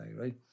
right